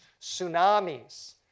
tsunamis